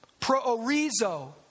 proorizo